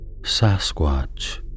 Sasquatch